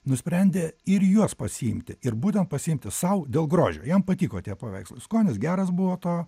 nusprendė ir juos pasiimti ir būtent pasiimti sau dėl grožio jam patiko tie paveikslų skonis geras buvo to